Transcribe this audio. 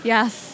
Yes